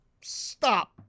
Stop